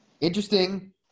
interesting